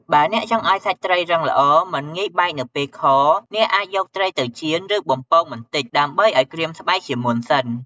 បើអ្នកចង់ឱ្យសាច់ត្រីរឹងល្អ មិនងាយបែកនៅពេលខ អ្នកអាចយកត្រីទៅចៀន ឬបំពងបន្តិច ដើម្បីឱ្យក្រៀមស្បែកជាមុនសិន។